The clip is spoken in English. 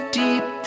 deep